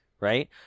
Right